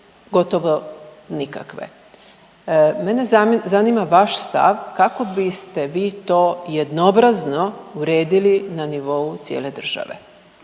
gotovo nikakve. Mene zanima vaš stav kako biste vi to jednoobrazno uredili na nivou cijele države.